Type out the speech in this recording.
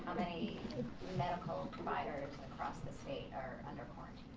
many medical providers across the state are under quarantine?